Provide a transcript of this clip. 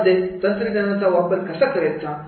यामध्ये तंत्रज्ञानाचा वापर कसा करायचा